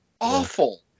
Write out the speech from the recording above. awful